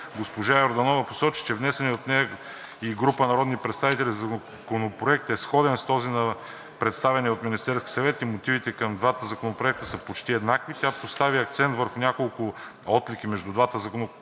Госпожа Йорданова посочи, че внесеният от нея и група народни представители Законопроект е сходен с този, представен от Министерския съвет, и мотивите към двата законопроекта са почти еднакви. Тя постави акцент върху няколко отлики между двата законопроекта.